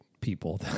people